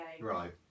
Right